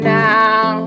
now